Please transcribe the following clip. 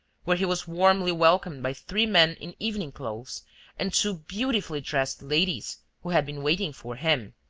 where he was warmly welcomed by three men in evening clothes and two beautifully-dressed ladies who had been waiting for him.